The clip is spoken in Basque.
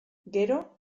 gero